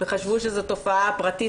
וחשבו שזו תופעה פרטית,